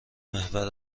محور